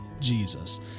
Jesus